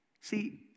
See